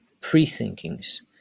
pre-thinkings